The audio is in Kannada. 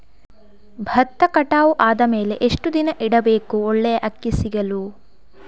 ಭತ್ತ ಕಟಾವು ಆದಮೇಲೆ ಎಷ್ಟು ದಿನ ಇಡಬೇಕು ಒಳ್ಳೆಯ ಅಕ್ಕಿ ಸಿಗಲು?